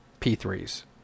P3s